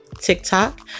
TikTok